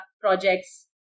projects